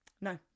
no